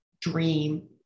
dream